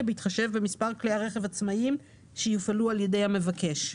בהתחשב במספר כלי הרכב העצמאיים שיופעלו על ידי המבקש.